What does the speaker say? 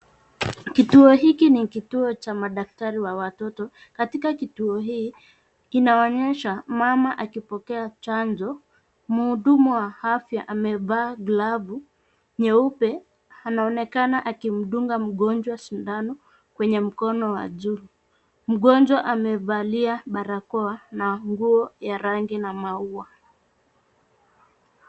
Kituo hiki ni kituo cha madaktari wa watoto, katika kituo hii inaonyesha mama akipokea chanjo. Muhudumu wa afya amevaa glavu nyeupe, anaonekana akimdunga mgonjwa sindano kwenye mkono wa juu. Mgonjwa amevalia barakoa na nguo ya rangi na maua.